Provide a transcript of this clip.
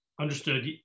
Understood